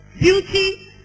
Beauty